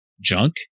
junk